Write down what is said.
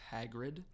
Hagrid